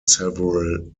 several